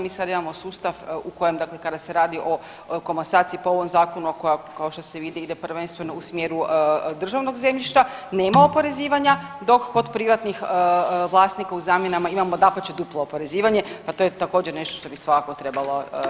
Mi sad imamo sustav u kojem dakle kada se radi o komasaciji po ovom zakonu, a koja kao što se vidi ide prvenstveno u smjeru državnog zemljišta nema oporezivanja dok kod privatnih vlasnika u zamjenama imamo dapače duplo oporezivanje, a to je također nešto što bi svakako trebalo